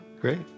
Great